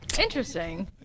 interesting